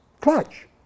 clutch